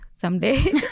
someday